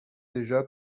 déjà